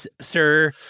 sir